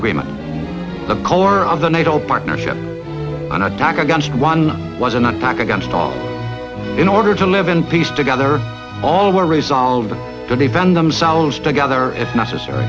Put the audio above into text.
agreement the color of the nato partnership an attack against one was an attack against all in order to live in peace together all were resolved to defend themselves together if necessary